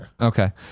okay